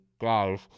guys